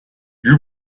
you